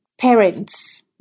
parents